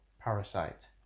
parasite